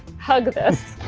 hug this.